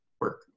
work